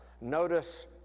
Notice